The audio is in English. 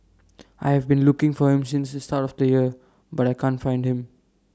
I have been looking for him since the start of the year but I can't find him